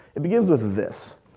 it begins with this.